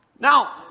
Now